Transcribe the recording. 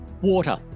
Water